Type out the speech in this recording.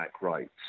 rights